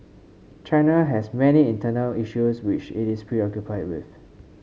China has many internal issues which it is preoccupied with